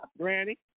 Granny